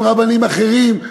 עם רבנים אחרים,